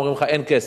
אומרים לך: אין כסף.